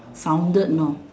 sounded know